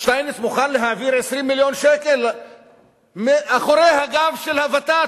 שטייניץ מוכן להעביר 20 מיליון שקל מאחורי הגב של הוות"ת,